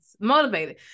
motivated